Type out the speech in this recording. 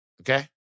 Okay